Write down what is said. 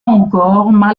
encore